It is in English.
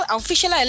official